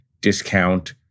discount